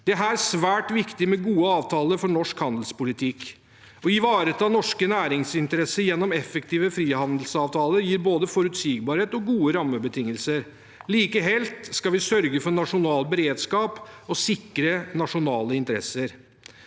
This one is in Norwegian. er her svært viktig med gode avtaler for norsk handelspolitikk. Å ivareta norske næringsinteresser gjennom effektive frihandelsavtaler gir både forutsigbarhet og gode rammebetingelser. Likeledes skal vi sørge for nasjonal beredskap og sikre nasjonale interesser.